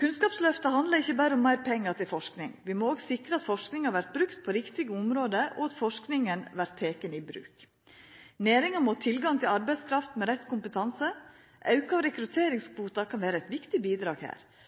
Kunnskapsløftet handlar ikkje berre om meir pengar til forsking. Vi må òg sikra at forskinga vert brukt på riktige område, og at forskinga vert teken i bruk. Næringa må ha tilgang til arbeidskraft med rett kompetanse. Auke av rekrutteringskvotar kan vera eit viktig bidrag her.